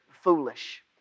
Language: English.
foolish